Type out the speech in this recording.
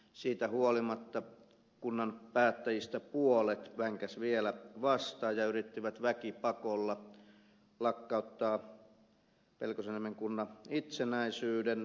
siitä huolimatta kunnan päättäjistä puolet vänkäsi vielä vastaan ja yritti väkipakolla lakkauttaa pelkosenniemen kunnan itsenäisyyden